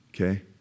Okay